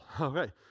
Okay